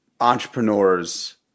entrepreneurs